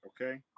Okay